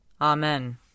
Amen